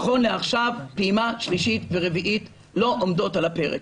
נכון לעכשיו פעימה שלישית ופעימה רביעית לא עומדות על הפרק,